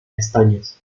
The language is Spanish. pestañas